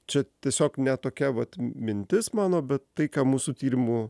čia tiesiog ne tokia vat mintis mano bet tai ką mūsų tyrimų